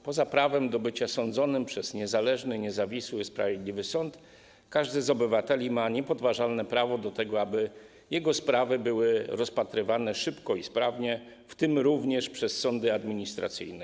Poza prawem do bycia sądzonym przez niezależny, niezawisły, sprawiedliwy sąd każdy z obywateli ma niepodważalne prawo do tego, aby jego sprawy były rozpatrywane szybko i sprawnie, w tym również przez sądy administracyjne.